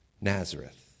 Nazareth